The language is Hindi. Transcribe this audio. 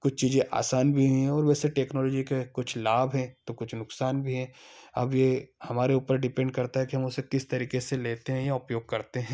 कुछ चीजें आसान भी हैं और वैसे टेक्नोलॉजी के कुछ लाभ हैं तो कुछ नुकसान भी हैं अब ये हमारे ऊपर डिपेंड करता है कि हम उसे किस तरीके से लेते हैं या उपयोग करते हैं